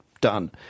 done